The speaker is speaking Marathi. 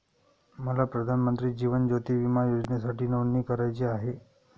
मला प्रधानमंत्री जीवन ज्योती विमा योजनेसाठी नोंदणी करायची आहे